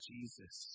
Jesus